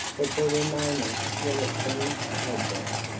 but there were moments when it seemed hopeless.